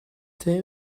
tell